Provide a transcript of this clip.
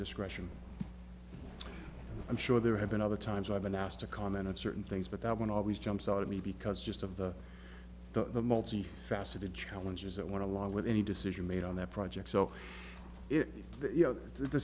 discretion i'm sure there have been other times i've been asked to comment on certain things but that one always jumps out at me because just of the multifaceted challenges that want to live with any decision made on that project so you know the